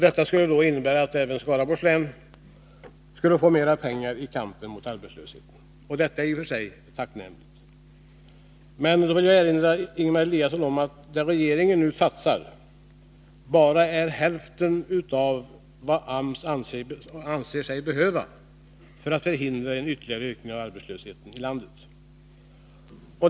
Detta skulle innebära att även Skaraborgs län skulle få mera pengar till kampen mot arbetslöshet, och det är i och för sig tacknämligt. Men jag vill erinra Ingemar Eliasson om att det regeringen nu satsar bara är hälften av vad AMS anser sig behöva för att förhindra en ytterligare ökning av arbetslösheten i landet.